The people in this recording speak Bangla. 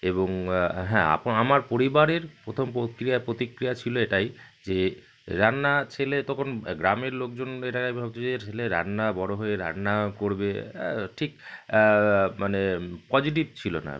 এবং হ্যাঁ আপন আমার পরিবারের প্রথম প্রক্রিয়া প্রতিক্রিয়া ছিলো এটাই যে রান্না ছেলে তখন গ্রামের লোকজন এটা ভাবতো যে একটা ছেলে রান্না বড়ো হয়ে রান্না করবে ঠিক মানে পজিটিভ ছিলো না